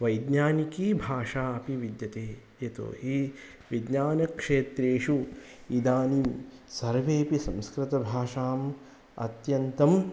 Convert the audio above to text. वैज्ञानिकी भाषा अपि विद्यते यतोहि विज्ञानक्षेत्रेषु इदानीं सर्वेपि संस्कृतभाषाम् अत्यन्तम्